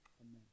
amen